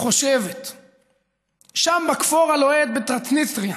חושבת, שם, בכפור הלוהט בטרנסניסטריה,